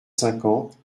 cinquante